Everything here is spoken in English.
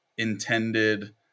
intended